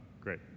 great